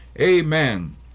Amen